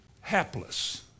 hapless